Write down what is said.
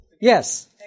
Yes